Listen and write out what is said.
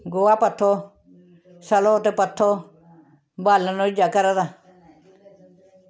गोहा पत्थो सह्लो ते पत्थो बालन होई जा घरै दा